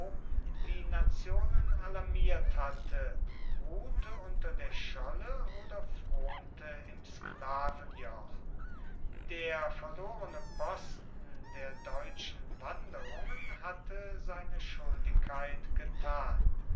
die nationen alarmiert hatte ruhte unter der scholle oder fronte im sklavenjoch der verlorene posten der deutschen wanderungen hatte seine schuldigkeit getan